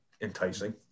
enticing